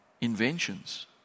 inventions